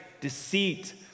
deceit